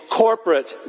corporate